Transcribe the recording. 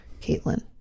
Caitlin